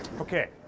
Okay